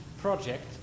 project